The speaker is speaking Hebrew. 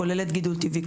כוללת גידול טבעי,